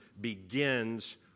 begins